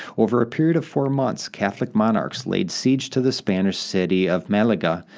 over a period of four months, catholic monarchs laid siege to the spanish city of malaga,